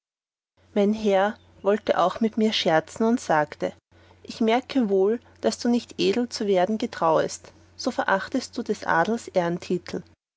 mein herr wollte auch mit mir scherzen und sagte ich merke wohl weil du nicht edel zu werden getrauest so verachtest du des adels